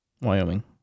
Wyoming